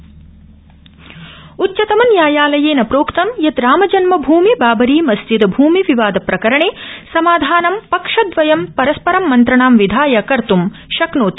अयोध्या उच्चतमन्यायालयेन प्रोक्तम े यत े राम जन्म भुमि बाबरी मस्जिद भुमि विवाद प्रकरणे समाधानं पक्षदवयम परस्परं मन्त्रणां विधाय कर्तम शक्नोति